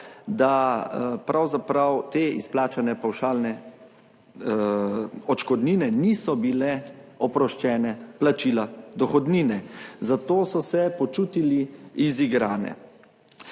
da pravzaprav te izplačane pavšalne odškodnine niso bile oproščene plačila dohodnine. Zato so se počutili izigrane.